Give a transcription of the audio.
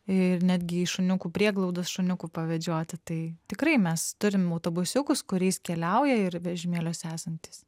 ir netgi į šuniukų prieglaudas šuniukų pavedžioti tai tikrai mes turim autobusiukus kuriais keliauja ir vežimėliuose esantys